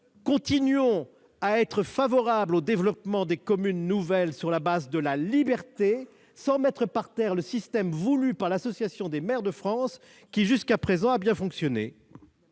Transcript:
Continuons à être favorables au développement des communes nouvelles sur la base de la liberté, sans mettre par terre le système voulu par l'AMF, qui, jusqu'à présent, a bien fonctionné